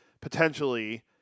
potentially